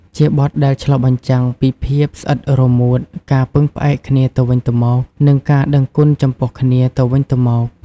ជាបទដែលឆ្លុះបញ្ចាំងពីភាពស្អិតរមួត ការពឹងផ្អែកគ្នាទៅវិញទៅមក និងការដឹងគុណចំពោះគ្នាទៅវិញទៅមក។